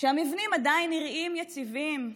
המבנים עדיין נראים יציבים,